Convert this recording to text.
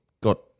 got